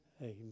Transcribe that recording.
Amen